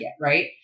right